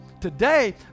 Today